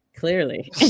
clearly